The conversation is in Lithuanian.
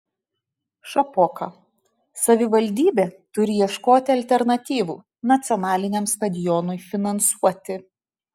šapoka savivaldybė turi ieškoti alternatyvų nacionaliniam stadionui finansuoti